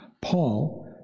Paul